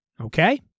Okay